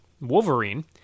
Wolverine